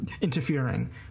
interfering